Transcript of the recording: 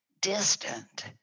distant